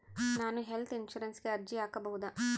ನಾನು ಹೆಲ್ತ್ ಇನ್ಶೂರೆನ್ಸಿಗೆ ಅರ್ಜಿ ಹಾಕಬಹುದಾ?